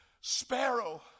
sparrow